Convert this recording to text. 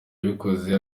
yabikoze